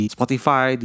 Spotify